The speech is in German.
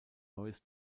neues